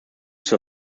zur